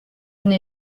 n’ai